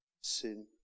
Sin